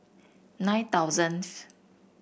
nine thousandth